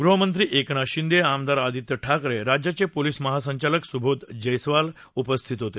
गृहमंत्री एकनाथ शिंदे आमदार आदित्य ठाकरे राज्याचे पोलीस महासंचालक सुंबोध जयस्वाल यावेळी उपस्थित होते